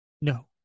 no